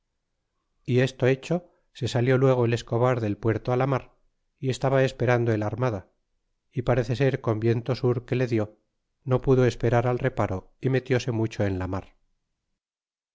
y esto hecho se salió luego el escobar del puerto la mar y estaba esperando el armada y parece ser con viento sur que le dió no pudo esperar al reparo y metise mucho en la mar